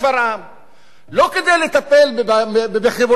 לא כדי לטפל בחיבורי החשמל,